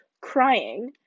crying